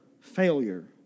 failure